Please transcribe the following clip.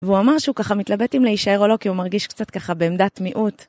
והוא אמר שהוא ככה מתלבט אם להישאר או לא כי הוא מרגיש קצת ככה בעמדת מיעוט.